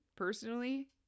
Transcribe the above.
personally